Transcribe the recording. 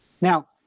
now